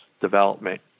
development